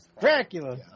Dracula